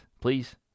please